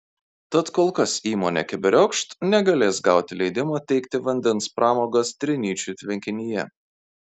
tad kol kas įmonė keberiokšt negalės gauti leidimo teikti vandens pramogas trinyčių tvenkinyje